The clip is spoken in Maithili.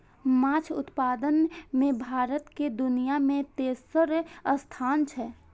माछ उत्पादन मे भारत के दुनिया मे तेसर स्थान छै